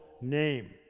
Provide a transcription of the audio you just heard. name